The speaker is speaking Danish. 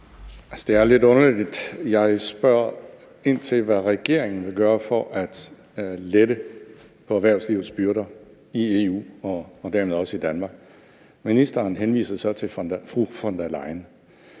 Det er lidt underligt, at når jeg spørger ind til, hvad regeringen vil gøre for at lette erhvervslivets byrder i EU og dermed også i Danmark, så henviser ministeren til fru Ursula von der Leyen.